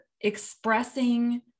expressing